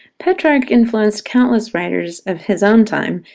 petrarch influenced countless writers of his own time,